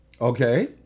Okay